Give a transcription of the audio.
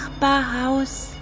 Nachbarhaus